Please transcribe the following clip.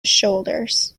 shoulders